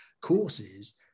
courses